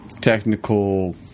technical